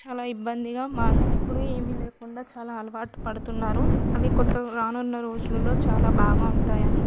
చాలా ఇబ్బందిగా మారుతు ఇప్పుడు ఏమి లేకుండా చాలా అలవాటు పడుతున్నారు అవి కొత్త రానున్న రోజులులలో చాలా బాగా ఉంటాయని